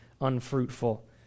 unfruitful